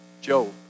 Job